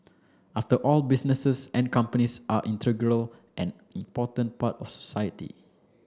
after all businesses and companies are integral and important part of society